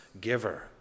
giver